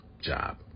job